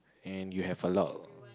and you have a lot